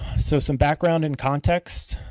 so some background and context